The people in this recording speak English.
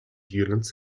units